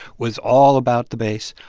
was all about the base,